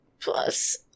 plus